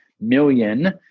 million